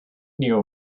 knew